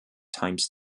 times